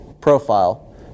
profile